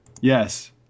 Yes